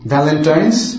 Valentine's